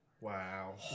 wow